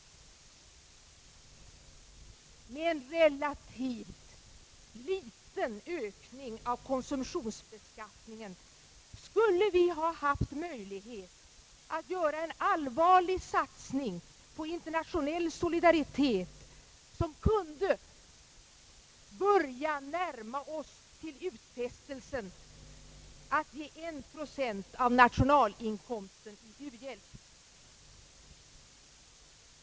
Med en relativt liten ökning av konsumtionsbeskattningen skulle vi haft möjlighet att göra en allvarlig satsning på internationell solidaritet som kunde börja närma oss till utfästelsen att ge en procent av nationalinkomsten i u-hjälp.